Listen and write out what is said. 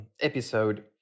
episode